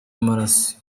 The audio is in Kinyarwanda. w’amaraso